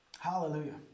Hallelujah